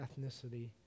ethnicity